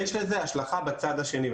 יש לזה השלכה בצד השני.